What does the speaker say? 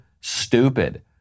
stupid